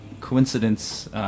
coincidence